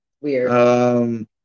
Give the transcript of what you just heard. Weird